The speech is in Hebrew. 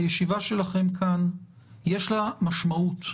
הישיבה שלכם כאן יש לה משמעות.